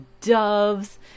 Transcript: doves